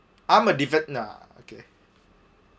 I'm a defend~ ah okay